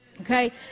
Okay